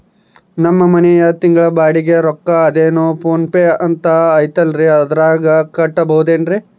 ನಮ್ಮ ಮನೆಯ ತಿಂಗಳ ಬಾಡಿಗೆ ರೊಕ್ಕ ಅದೇನೋ ಪೋನ್ ಪೇ ಅಂತಾ ಐತಲ್ರೇ ಅದರಾಗ ಕಟ್ಟಬಹುದೇನ್ರಿ?